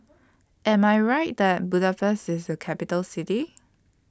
Am I Right that Budapest IS A Capital City